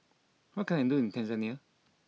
what can I do in Tanzania